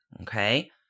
okay